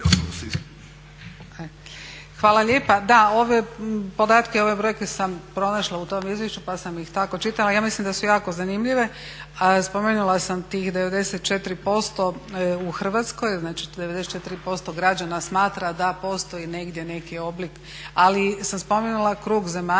Hvala lijepa. Da, podatke i ove brojke sam pronašla u tom izvješću pa sam ih tako čitala. Ja mislim da su jako zanimljive. Spomenula sam tih 94% u Hrvatskoj, znači 94% građana smatra da postoji negdje neki oblik ali sam spomenula krug zemalja,